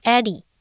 Eddie